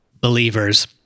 believers